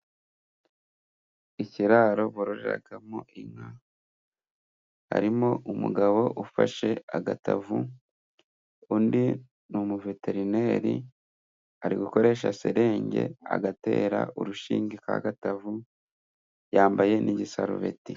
Ikiraro bororeramo inka harimo umugabo ufashe agatavu, undi ni umuveterineri ari gukoresha serenge agatera urushinge ka gatavu, yambaye igisarubeti.